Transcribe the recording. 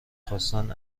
خواستن